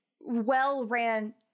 well-ran